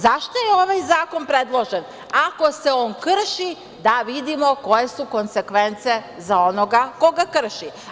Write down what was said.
Zašto je ovaj zakon predložen ako se on krši da vidimo ko je su konsekvence za onoga koga krši?